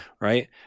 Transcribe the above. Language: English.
right